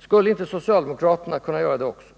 Skulle inte socialdemokraterna kunna göra det också?